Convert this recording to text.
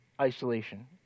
isolation